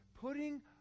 putting